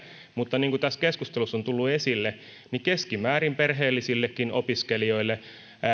mutta niin kuin keskustelussa on tullut esille niin keskimäärin perheellisilläkin opiskelijoilla